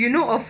ya